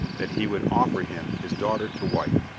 that he would offer him his daughter to wife.